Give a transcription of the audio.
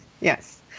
Yes